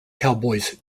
cowboys